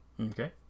Okay